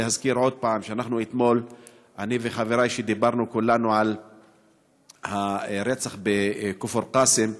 להזכיר עוד פעם שאתמול אני וחברי דיברנו כולנו על הרצח בכפר קאסם,